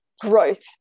growth